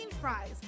fries